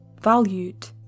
valued